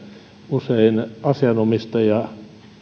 usein asianomistaja